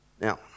Now